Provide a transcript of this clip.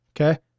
Okay